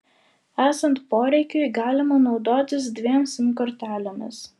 esant poreikiui galima naudotis dviem sim kortelėmis